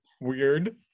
Weird